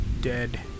dead